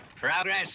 progress